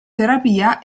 terapia